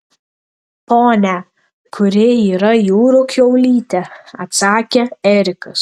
ponia kiuri yra jūrų kiaulytė atsakė erikas